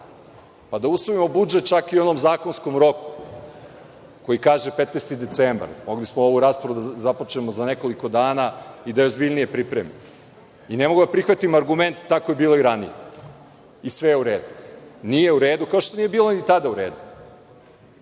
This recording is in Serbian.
pa da usvojimo budžet čak i u onom zakonskom roku koji kaže 15. decembar. Mogli smo ovu raspravu da započnemo za nekoliko dana i da je ozbiljnije pripremimo. Ne mogu da prihvatim argument – tako je bilo i ranije i sve je u redu. Nije u redu, kao što nije bilo ni tada u redu,